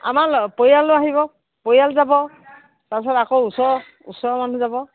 আমাৰ পৰিয়ালো আহিব পৰিয়াল যাব তাৰপিছত আকৌ ওচৰৰ ওচৰৰ মানুহ যাব